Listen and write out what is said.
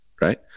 Right